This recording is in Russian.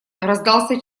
раздался